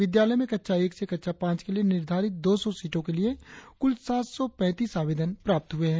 विद्यालय में कक्षा एक से कक्षा पांच के लिए निर्धारित दो सौ सीटों के लिए कुल सात सौ पैतीस आवेदन प्राप्त हुए हैं